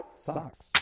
Socks